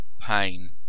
pain